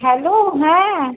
hello হ্যাঁ